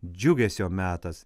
džiugesio metas